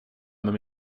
med